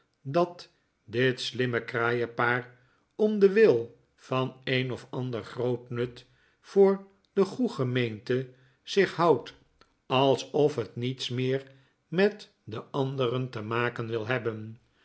dat dit slimme kraaien paar omden wil van een of ander groot nut voor de goe gemeente zich houdt alsof het niets meer met de anderen te maken wil hebben